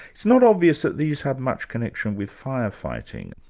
it's not obvious that these have much connection with firefighting.